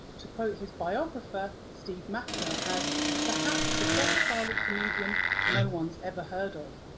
to quote his biographer, steve massa, as perhaps the best silent comedian no one's ever heard of.